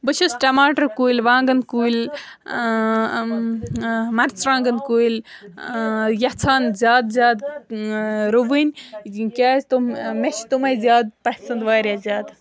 بہٕ چھس ٹَماٹَر کُلۍ وانٛگَن کُلۍ مَرژٕرٛوانٛگَن کُلۍ یَژھان زیادٕ زیادٕ رُوٕنۍ کیٛازِ تِم مےٚ چھِ تِمَے زیادٕ پَسنٛد واریاہ زیادٕ